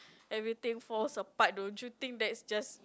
everything falls apart don't you think that's just